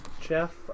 Jeff